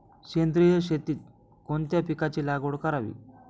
सेंद्रिय शेतीत कोणत्या पिकाची लागवड करावी?